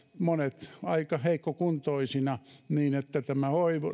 monet aika heikkokuntoisina niin että tämä